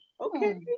okay